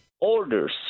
orders